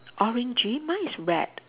orangey mine is red